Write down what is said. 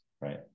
right